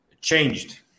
changed